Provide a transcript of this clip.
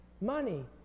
money